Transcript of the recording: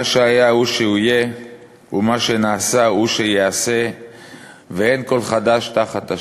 מה שהיה הוא שיהיה ומה שנעשה הוא שייעשה ואין כל חדש תחת השמש.